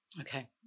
Okay